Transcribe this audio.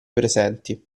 presenti